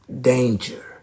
danger